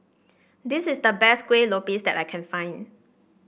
this is the best Kueh Lopes that I can find